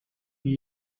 این